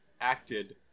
acted